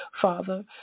Father